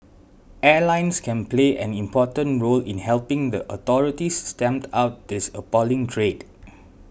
airlines can play an important role in helping the authorities stamp out this appalling trade